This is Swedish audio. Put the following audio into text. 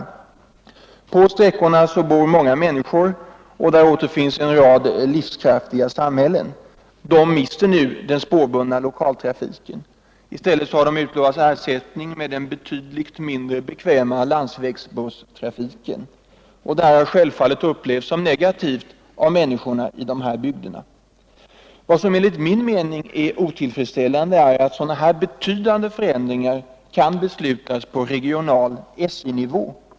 Utefter sträckorna bor många människor, och där återfinns en rad livskraftiga samhällen. De mister nu den spårbundna lokaltrafiken. I stället har de utlovats ersättning med den betydligt mindre bekväma landsvägsbusstrafiken. Detta har självfallet upplevts som negativt av människorna i dessa bygder. Vad som enligt min mening är otillfredsställande är att sådana betydande förändringar kan beslutas på lokal SJ-nivå.